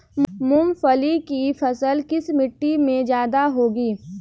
मूंगफली की फसल किस मिट्टी में ज्यादा होगी?